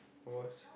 how much